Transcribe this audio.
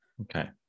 Okay